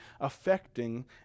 affecting